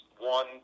One